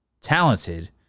talented